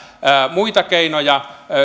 muita keinoja